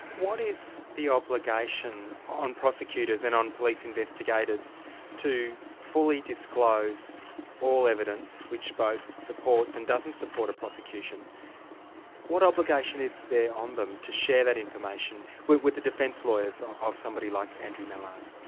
what is the obligation on prosecutors and on police investigators to fully disclose all evidence which both supports and doesn't support a prosecution what obligation is there on them to share that information with with the defence lawyers of somebody like andrew mallard?